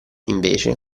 invece